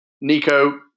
Nico